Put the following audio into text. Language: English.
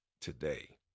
today